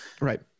Right